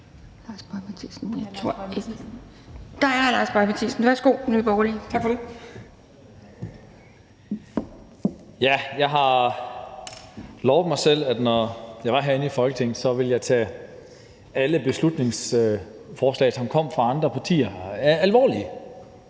Jeg havde lovet mig selv, at når jeg var herinde i Folketinget, så ville jeg tage alle beslutningsforslag, som kom fra andre partier, alvorligt.